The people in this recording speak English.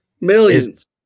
Millions